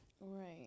right